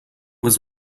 was